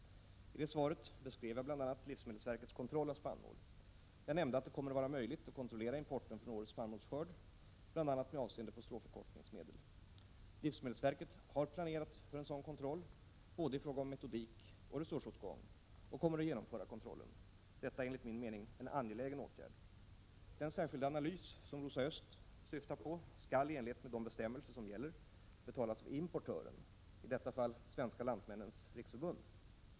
I det svaret beskrev jag bl.a. livsmedelsverkets kontroll av spannmål. Jag nämnde att det kommer att vara möjligt att kontrollera importen från årets spannmålsskörd, bl.a. med avseende på stråförkortningsmedel. Livsmedelsverket har planerat för en sådan kontroll i fråga om både metodik och resursåtgång och kommer att genomföra kontrollen. Detta är enligt min mening en angelägen åtgärd. Den särskilda analys som Rosa Östh syftar på skall i enlighet med de bestämmelser som gäller betalas av importören, i detta fall Svenska lantmännens riksförbund.